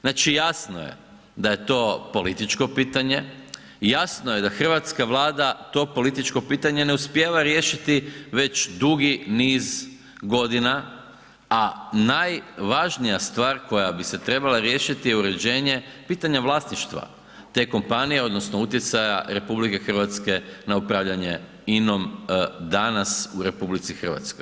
Znači jasno je da je to političko pitanje, jasno je da hrvatska Vlada to političko pitanje ne uspijeva riješiti već dugi niz godina a najvažnija stvar koja bi se trebala riješiti je uređenje, pitanje vlasništva te kompanije odnosno utjecaja RH na upravljanje INA-om danas u RH.